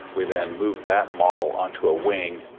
we then move that model onto a wing,